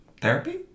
therapy